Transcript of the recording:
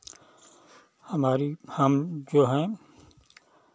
हमारी हम जो है